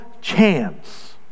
chance